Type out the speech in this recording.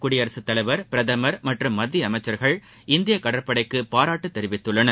குடியரசுத் தலைவர் பிரதமர் மற்றும் மத்திய அமைச்சர்கள் இந்திய கடற்படைக்கு பாராட்டு தெரிவித்துள்ளனர்